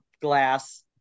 glass